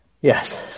Yes